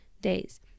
days